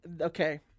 okay